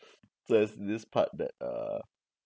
just this part that uh